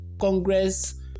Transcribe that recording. Congress